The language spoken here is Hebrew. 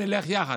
נלך יחד,